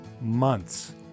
months